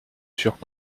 furent